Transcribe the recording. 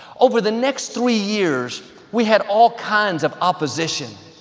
over the next three years, we had all kinds of opposition,